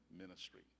ministry